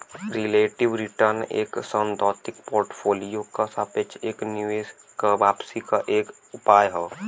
relative return एक सैद्धांतिक portfolio क सापेक्ष एक निवेश क वापसी क एक उपाय हौ